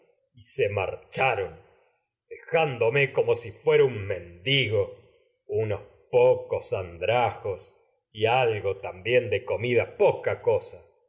y se jándome como si fuera un mendigo unos pocos jos y andra algo también de comida poca cosa